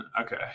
Okay